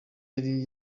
yari